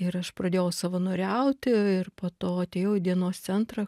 ir aš pradėjau savanoriauti ir po to atėjau į dienos centrą